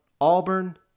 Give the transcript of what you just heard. Auburn